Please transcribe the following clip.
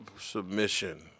submission